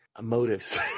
motives